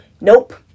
nope